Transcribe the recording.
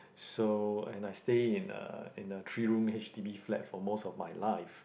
so and I stay in a in a three room H_D_B flat for most of my life